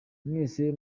mwese